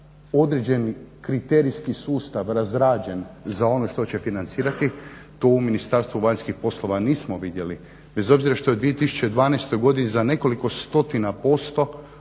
određeni kriterijski sustav razrađen za ono što će financirati, to u Ministarstvu vanjskih poslova nismo vidjeli bez obzira što je 2012. godini za nekoliko stotina posto